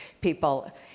people